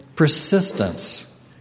Persistence